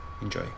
Enjoy